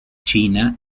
china